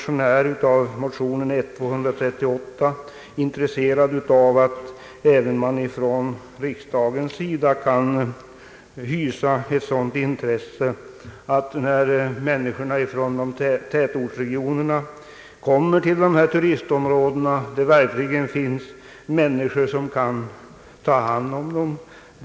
I motionen I: 238 har jag framhållit att även riksdagen borde visa sitt intresse härför. När människorna från tätortsregionerna kommer till turistområdena, bör det finnas personer där som kan ta hand om dem.